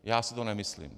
Já si to nemyslím.